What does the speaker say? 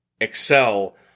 excel